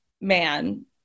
man